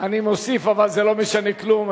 אני מוסיף, אבל זה לא משנה כלום.